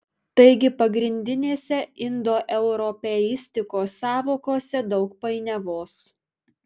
taigi pagrindinėse indoeuropeistikos sąvokose daug painiavos